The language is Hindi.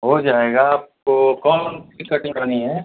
हो जाएगा आपको कौन सी कटिंग करानी है